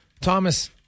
Thomas